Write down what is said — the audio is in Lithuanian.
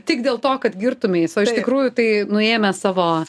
tik dėl to kad girtumeis o iš tikrųjų tai nuėmęs savo